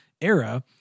era